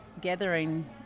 gathering